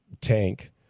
tank